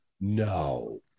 no